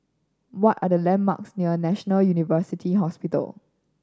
what are the landmarks near National University Hospital